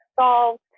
solved